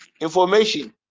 information